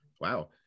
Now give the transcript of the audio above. Wow